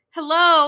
Hello